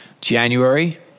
January